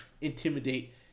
intimidate